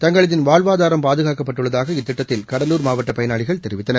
தங்களின் வாழ்வாதாரம் பாதுகாக்கப்பட்டுள்ளதாக இத்திட்டத்தில் கடலூர் மாவட்ட பயனாளிகள் தெரிவித்தனர்